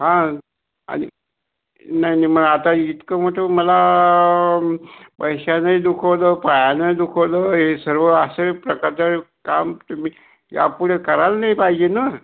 हां आणि नाही नाही मंग आता इतकं मोठ मला पैशानई दुखावलं पायानई दुखावलं हे सर्व अश्या प्रकारचं काम तुम्ही या पुढे करायला नाही पाहिजे न